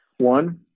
One